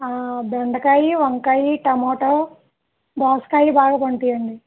దొండకాయ వంకాయ టమోటో దోసకాయ బాగా పండుతాయండి